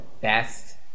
best